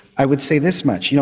i would say this much, yeah